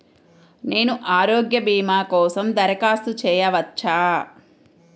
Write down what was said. నేను ఆరోగ్య భీమా కోసం దరఖాస్తు చేయవచ్చా?